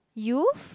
Youth